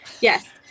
Yes